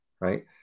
right